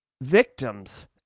victims